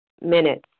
minutes